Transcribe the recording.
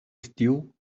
steel